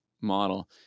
model